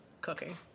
cooking